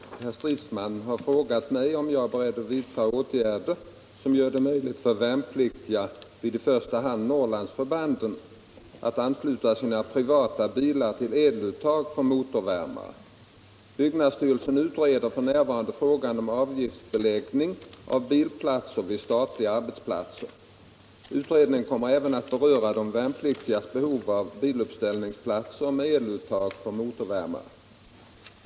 151, och anförde: Herr talman! Herr Stridsman har frågat mig om jag är beredd att vidta åtgärder som gör det möjligt för värnpliktiga vid i första hand Norrlandsförbanden att ansluta sina privata bilar till eluttag för motorvärmare. Byggnadsstyrelsen utreder för närvarande frågan om avgiftsbeläggning av bilplatser vid statliga arbetsplatser. Utredningen kommer även att beröra de värnpliktigas behov av biluppställningsplatser med eluttag för motorvärmare.